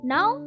Now